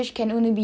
!wow!